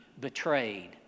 betrayed